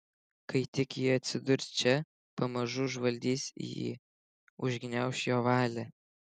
kai tik ji atsidurs čia pamažu užvaldys jį užgniauš jo valią